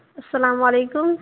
السلام علیکم